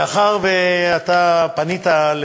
מאחר שאתה פנית,